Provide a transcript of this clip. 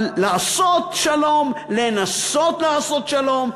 אבל לעשות שלום, לנסות לעשות שלום?